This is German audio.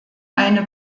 eine